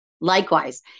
Likewise